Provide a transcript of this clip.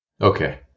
Okay